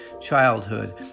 Childhood